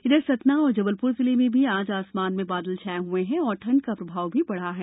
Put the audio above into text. इधर सतना और जबलपुर जिले में भी आज आसमान में बादल छाए हुए हैं और ठंड का प्रभाव भी बढ़ रहा है